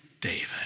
David